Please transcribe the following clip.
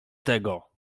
tego